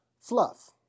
fluff